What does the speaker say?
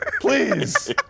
please